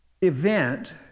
event